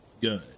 Good